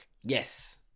Yes